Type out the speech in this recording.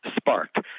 sparked